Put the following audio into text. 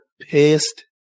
pissed